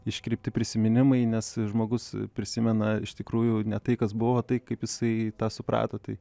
iškreipti prisiminimai nes žmogus prisimena iš tikrųjų ne tai kas buvo tai kaip jisai tą suprato tai